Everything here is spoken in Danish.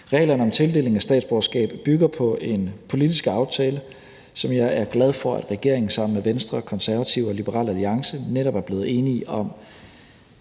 Reglerne om tildeling af statsborgerskab bygger på en politisk aftale, som jeg er glad for, at regeringen sammen med Venstre, Konservative og Liberal Alliance netop er blevet enige om.